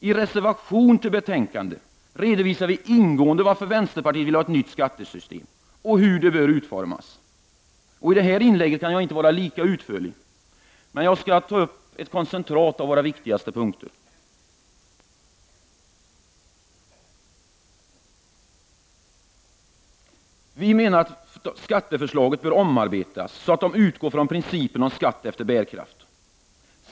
I reservationer som är fogade till betänkandet redovisar vi i vänsterpartiet ingående varför vi vill ha ett nytt skattesystem och hur det bör utformas. I detta inlägg kan jag inte vara lika utförlig. Men jag skall ta upp ett koncentrat av våra viktigaste punkter. Vänsterpartiet menar att skatteförslagen bör omarbetas så att de utgår från principen om skatt efter bärkraft.